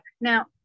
Now